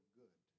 good